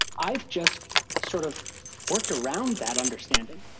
i've just sort of worked around that understanding.